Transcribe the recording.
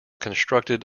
constructed